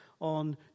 on